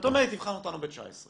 ואתה אומר: היא תבחן אותנו ב-19'.